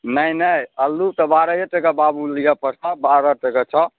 नहि नहि अल्लू तऽ बारहे टके बाबू लिअऽ पड़तऽ बारह टके छऽ